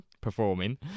performing